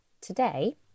today